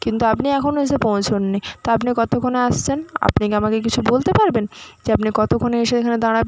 কিন্তু আপনি এখনো এসে পৌঁছোন নি তা আপনি কতোক্ষণে আসছেন আপনি কি আমাকে কিছু বলতে পারবেন যে আপনি কতোক্ষণে এসে এখানে দাঁড়াবেন